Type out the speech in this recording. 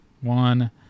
One